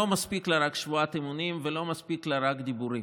לא מספיק לה רק שבועת אמונים ולא מספיק לה רק דיבורים,